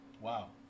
Wow